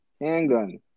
handgun